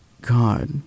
God